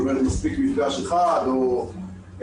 זאת אומרת, מספיק מפגש אחד או איזושהי